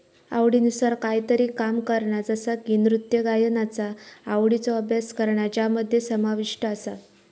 आवडीनुसार कायतरी काम करणा जसा की नृत्य गायनाचा आवडीचो अभ्यास करणा ज्यामध्ये समाविष्ट आसा